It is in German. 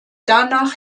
danach